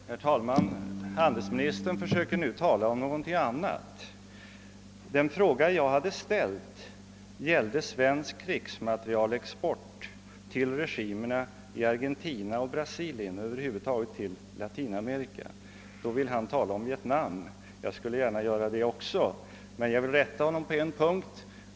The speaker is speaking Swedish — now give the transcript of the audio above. Herr talman! Handelsministern försöker nu tala om någonting annat. Den fråga jag har ställt gäller svensk krigsmaterielexport till regimerna i Argentina och Brasilien — över huvud taget till Latinamerika. Nu vill handelsministern tala om Vietnam. Det skulle jag i och för sig också gärna göra, men jag vill här bara rätta honom på en punkt.